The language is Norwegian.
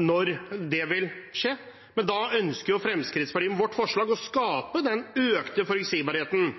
når det vil skje. Da ønsker Fremskrittspartiet med sitt forslag å skape den økte forutsigbarheten